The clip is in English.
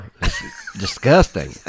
Disgusting